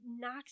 knocks